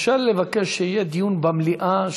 אפשר לבקש שיהיה דיון במליאה,